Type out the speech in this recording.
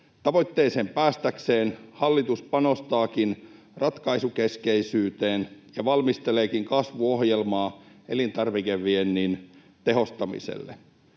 Tavoitteeseen päästäkseen hallitus panostaakin ratkaisukeskeisyyteen ja valmisteleekin kasvuohjelmaa elintarvikeviennin tehostamiseksi.